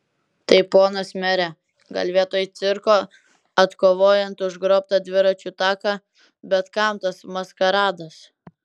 tai ponas mere gal vietoj cirko atkovojant užgrobtą dviračių taką bet kam tas maskaradas